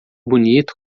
bonito